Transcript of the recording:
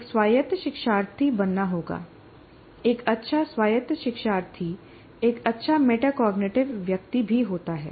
एक स्वायत्त शिक्षार्थी बनना होगा एक अच्छा स्वायत्त शिक्षार्थी एक अच्छा मेटाकोग्निटिव व्यक्ति भी होता है